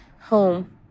home